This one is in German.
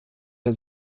der